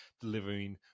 delivering